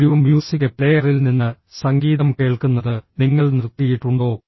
ഒരു മ്യൂസിക് പ്ലെയറിൽ നിന്ന് സംഗീതം കേൾക്കുന്നത് നിങ്ങൾ നിർത്തിയിട്ടുണ്ടോ